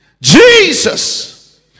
Jesus